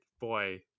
boy